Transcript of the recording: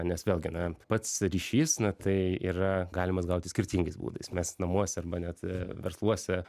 nes vėlgi na pats ryšys na tai yra galimas gauti skirtingais būdais mes namuose arba net versluose